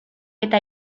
eta